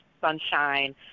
sunshine